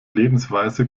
lebensweise